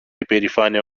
υπερηφάνεια